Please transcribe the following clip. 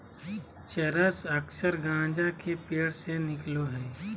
चरस अक्सर गाँजा के पेड़ से निकलो हइ